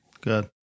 Good